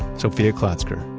sofia klatzker,